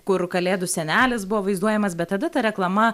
kur kalėdų senelis buvo vaizduojamas bet tada ta reklama